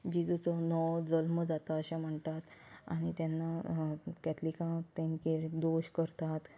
जेजूचो नवो जल्म जाता अशें म्हणटात आनी तेन्ना कॅथलिकां तेंगेर दोश करतात